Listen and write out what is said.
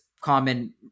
common